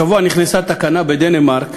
השבוע נכנסה תקנה בדנמרק